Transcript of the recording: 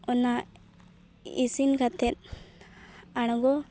ᱚᱱᱟ ᱤᱥᱤᱱ ᱠᱟᱛᱮᱫ ᱟᱬᱜᱚ